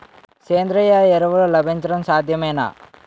సేంద్రీయ ఎరువులు లభించడం సాధ్యమేనా?